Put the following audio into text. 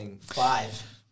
Five